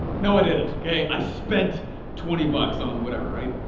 no i didn't, okay? i spent twenty bucks on whatever, right?